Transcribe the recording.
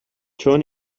چون